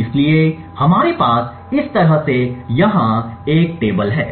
इसलिए हमारे पास इस तरह से यहां एक टेबल है